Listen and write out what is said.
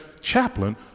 chaplain